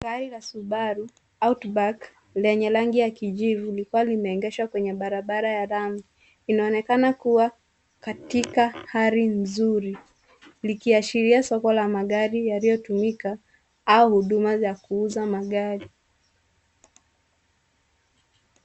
Gari la subaru outback lenye rangi ya kijivu, likiwa limeegeshwa kwenye barabara ya lami ,linaonekana kuwa katika hali nzuri likiashiria soko la magari yaliyotumika au huduma za kuuza magari.